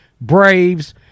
Braves